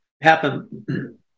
happen